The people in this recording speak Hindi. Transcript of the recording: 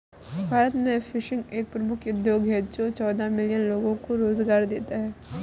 भारत में फिशिंग एक प्रमुख उद्योग है जो चौदह मिलियन लोगों को रोजगार देता है